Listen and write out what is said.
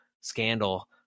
scandal